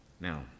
Now